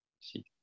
See